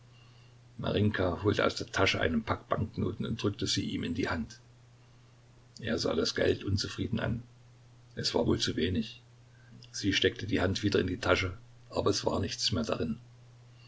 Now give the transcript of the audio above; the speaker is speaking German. holte aus der tasche einen pack banknoten und drückte sie ihm in die hand er sah das geld unzufrieden an es war wohl zu wenig sie steckte die hand wieder in die tasche aber es war nichts mehr darin